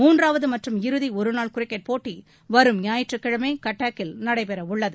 மூன்றாவது மற்றும் இறுதி ஒருநாள் கிரிக்கெட் போட்டி வரும் ஞாயிற்றுக்கிழமை கட்டாக்கில் நடைபெற உள்ளது